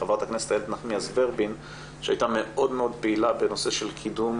חברת הכנסת איילת נחמיאס ורבין שהייתה מאוד מאוד פעילה בנושא של קידום